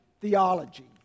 theology